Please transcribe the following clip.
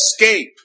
escape